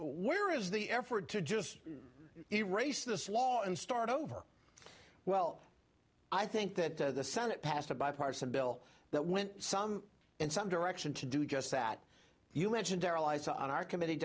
where is the effort to just erase this law and start over well i think that the senate passed a bipartisan bill that went some in some direction to do just that you mentioned their allies on our committee